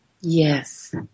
Yes